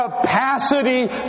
capacity